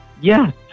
yes